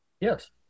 Yes